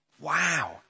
Wow